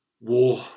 war